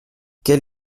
quel